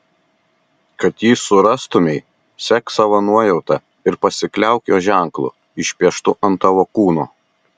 kad jį surastumei sek savo nuojauta ir pasikliauk jo ženklu išpieštu ant tavo kūno